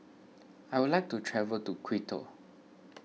I would like to travel to Quito